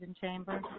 chamber